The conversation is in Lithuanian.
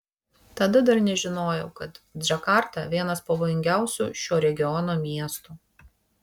tada dar nežinojau kad džakarta vienas pavojingiausių šio regiono miestų